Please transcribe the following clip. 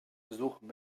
besuchen